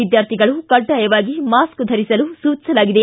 ವಿದ್ಯಾರ್ಥಿಗಳು ಕಡ್ಡಾಯವಾಗಿ ಮಾಸ್ಕ ಧರಿಸಲು ಸೂಚಿಸಲಾಗಿದೆ